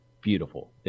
beautiful